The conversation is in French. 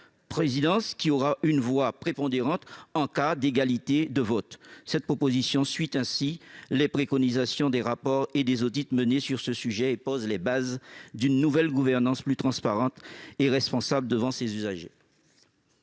auront ainsi une voix prépondérante en cas d'égalité de vote. Cette proposition suit ainsi les préconisations des rapports et des audits menés sur ce sujet et pose les bases d'une nouvelle gouvernance plus transparente et responsable devant les usagers.